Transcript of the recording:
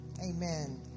Amen